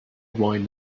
wine